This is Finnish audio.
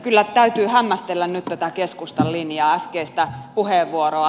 kyllä täytyy hämmästellä nyt tätä keskustan linjaa äskeistä puheenvuoroa